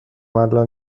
الان